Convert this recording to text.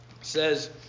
says